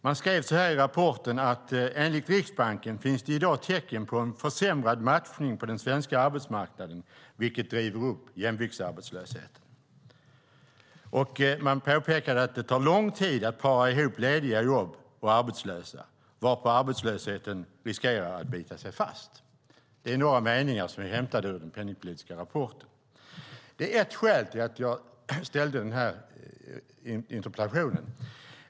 Man skrev i rapporten att det enligt Riksbanken i dag finns tecken på en försämrad matchning på den svenska arbetsmarknaden, vilket driver upp jämviktsarbetslösheten. Man påpekar att det tar lång tid att para ihop lediga jobb och arbetslösa, varpå arbetslösheten riskerar att bita sig fast. Det är några meningar som är hämtade ur den penningpolitiska rapporten, och det är ett skäl till att jag ställde interpellationen.